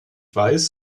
weiß